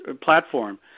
platform